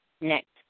next